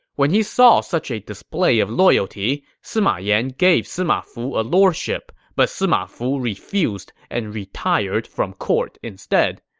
when he saw such a display of loyalty, sima yan gave sima fu a lordship, but sima fu refused and retired from court instead.